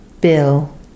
Bill